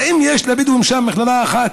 האם יש לבדואים שם מכללה אחת,